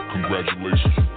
Congratulations